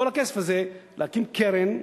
מכל הכסף הזה להקים קרן,